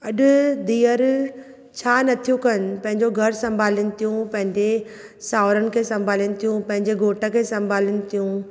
अॼ धीअरु छा नथियूं कनि पंहिंजो घरु संभालिनि थियूं पंहिंजे साहुरनि खे संभालिनि थियूं पंहिंजे घोट खे जे संभालिनि थियूं